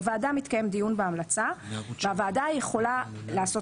בוועדה מתקיים דיון בהמלצה והוועדה יכולה לעשות